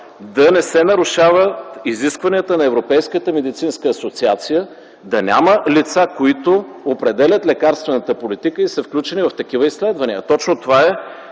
да не се нарушават изискванията на Европейската медицинска асоциация да няма лица, които определят лекарствената политика и са включени в такива изследвания. Точно това е